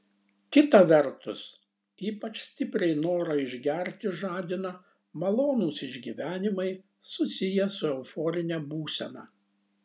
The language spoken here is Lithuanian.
kita vertus ypač stipriai norą išgerti žadina malonūs išgyvenimai susiję su euforine būsena